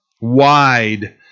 wide